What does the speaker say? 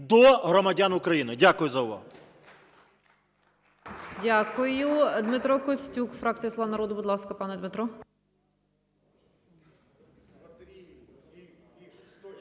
до громадян України. Дякую за увагу.